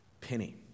penny